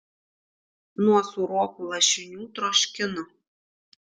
nuo sūrokų lašinių troškino